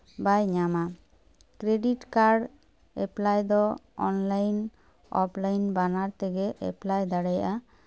ᱵᱟᱭ ᱧᱟᱢᱟ credit card apply ᱫᱚ online offline ᱵᱟᱱᱟᱨ ᱛᱮᱜᱮ ᱮᱯᱞᱟᱭ ᱫᱟᱲᱮᱭᱟᱜᱼᱟ